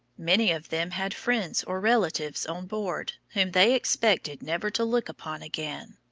many of them had friends or relatives on board whom they expected never to look upon again.